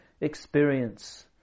experience